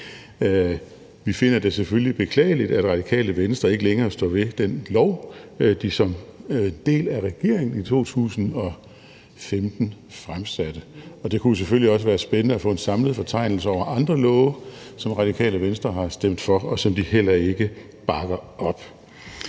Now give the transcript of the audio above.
Vi finder det selvfølgelig beklageligt, at Radikale Venstre ikke længere står ved den lov, de som del af regeringen i 2015 vedtog. Det kunne selvfølgelig også være spændende at få en samlet fortegnelse over andre love, som Radikale Venstre har stemt for, og som de heller ikke bakker op.